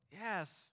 Yes